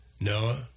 Noah